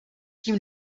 tím